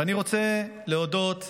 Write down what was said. ואני רוצה להודות לך,